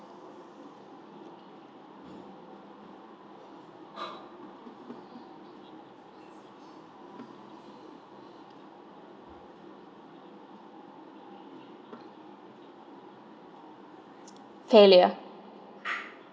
failure